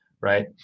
right